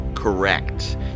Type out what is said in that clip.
correct